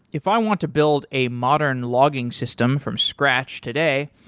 if i want to build a modern logging system from scratch today,